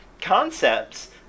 concepts